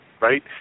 right